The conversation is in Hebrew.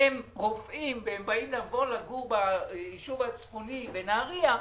שהם רופאים והם באים לגור ביישוב הצפוני בנהריה,